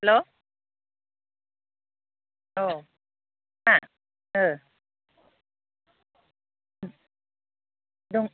hello औ मा ओह उम दं